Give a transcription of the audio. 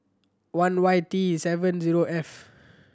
one Y T seven zero F